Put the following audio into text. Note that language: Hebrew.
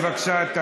תן לה, בבקשה.